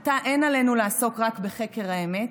עתה אין עלינו לעסוק רק בחקר האמת,